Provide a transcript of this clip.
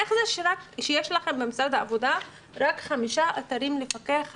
איך זה שיש לכם במשרד העבודה רק 5 אתרים לפקח עליהם?